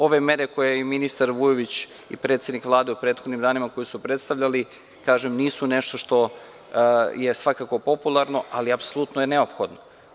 Ove mere koje su ministar Vujović i predsednik Vlade u prethodnim danima predstavili nisu nešto što je svakako popularno, ali apsolutno je neophodno.